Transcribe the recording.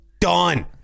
Done